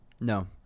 No